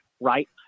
right